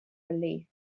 relief